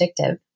addictive